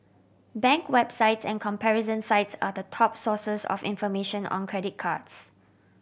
bank websites and comparison sites are the top sources of information on credit cards